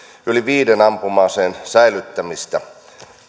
yli viiden ampuma aseen säilyttämistä